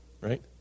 right